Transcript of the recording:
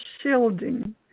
shielding